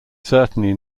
certainly